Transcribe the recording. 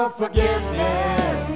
forgiveness